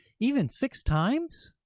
even six times?